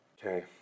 Okay